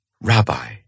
Rabbi